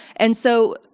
and so,